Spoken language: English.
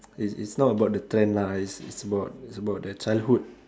it's it's not about the trend lah it's it's about it's about the childhood